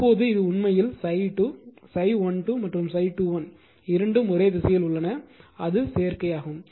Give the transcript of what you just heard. இப்போது இது உண்மையில் ∅2 ∅12 மற்றும் ∅21 இரண்டும் ஒரே திசையில் உள்ளன அது சேர்க்கை